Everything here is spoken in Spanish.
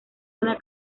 una